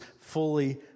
fully